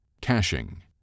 Caching